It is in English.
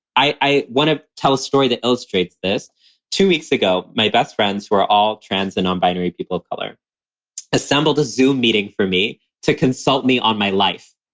i i want to tell a story that illustrates this two weeks ago, my best friends who are all trans and on binary people of color assembled a zoom meeting for me to consult me on my life.